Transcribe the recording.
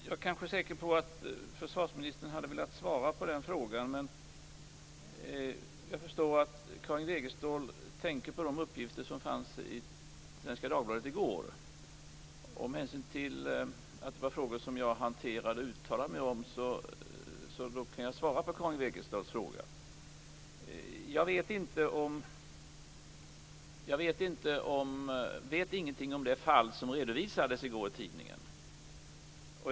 Fru talman! Jag är säker på att försvarsministern hade velat svara på den frågan. Jag förstår att Karin Wegestål tänker på de uppgifter som fanns i Svenska Dagbladet i går. Med hänsyn till att det är frågor som jag hanterade och uttalade mig om kan jag svara på Jag vet ingenting om det fall som redovisades i tidningen i går.